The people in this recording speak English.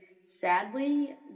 sadly